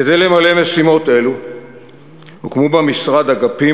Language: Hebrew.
כדי למלא משימות אלו הוקמו במשרד אגפים